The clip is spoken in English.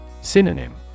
Synonym